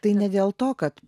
tai ne dėl to kad